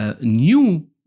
New